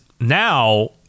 now